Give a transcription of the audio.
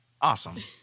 Awesome